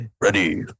Ready